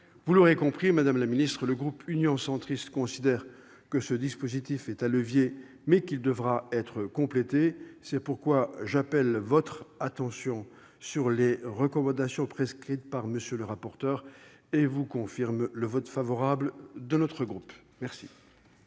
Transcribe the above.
Vous l'aurez compris, madame la secrétaire d'État, le groupe Union Centriste considère que ce dispositif est un levier, mais qui devra être complété. C'est pourquoi j'appelle votre attention sur les recommandations faites par M. le rapporteur, tout en vous confirmant le vote favorable de notre groupe. La